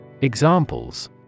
Examples